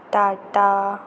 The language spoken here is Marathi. टाटा